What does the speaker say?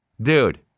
Dude